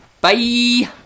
Bye